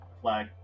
flag